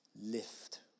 lift